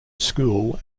school